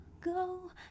go